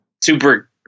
super